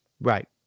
Right